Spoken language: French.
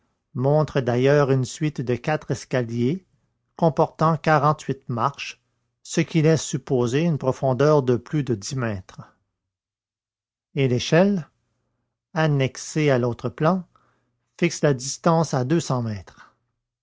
montre d'ailleurs une suite de quatre escaliers comportant quarante-huit marches ce qui laisse supposer une profondeur de plus de dix mètres et l'échelle annexée à l'autre plan fixe la distance à deux cents mètres